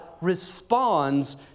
responds